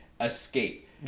escape